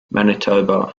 manitoba